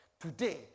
today